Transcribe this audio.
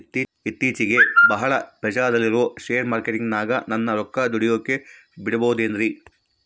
ಇತ್ತೇಚಿಗೆ ಬಹಳ ಪ್ರಚಾರದಲ್ಲಿರೋ ಶೇರ್ ಮಾರ್ಕೇಟಿನಾಗ ನನ್ನ ರೊಕ್ಕ ದುಡಿಯೋಕೆ ಬಿಡುಬಹುದೇನ್ರಿ?